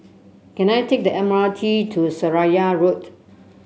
can I take the M R T to Seraya Road